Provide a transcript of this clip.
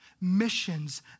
missions